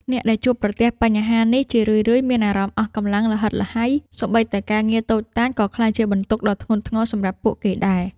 អ្នកដែលជួបប្រទះបញ្ហានេះ ជារឿយៗមានអារម្មណ៍អស់កម្លាំងល្ហិតល្ហៃ សូម្បីតែការងារតូចតាចក៏ក្លាយជាបន្ទុកដ៏ធ្ងន់ធ្ងរសម្រាប់ពួកគេដែរ។